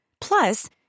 Plus